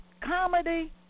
comedy